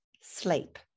sleep